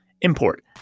Import